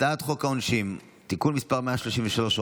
הצעת חוק העונשין (תיקון מס' 133,